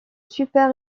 super